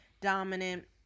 dominant